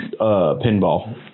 pinball